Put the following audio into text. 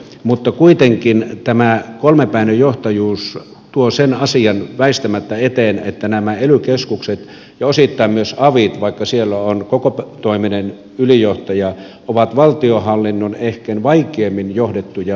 mutta kuitenkin tämä kolmepäinen johtajuus tuo sen asian väistämättä eteen että nämä ely keskukset ja osittain myös avit vaikka siellä on kokopäivätoiminen ylijohtaja ovat valtionhallinnon ehkä vaikeimmin johdettuja yksikköjä